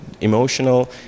emotional